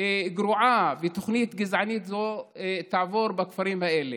גרועה ותוכנית גזענית זו תעבור בכפרים האלה.